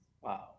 Wow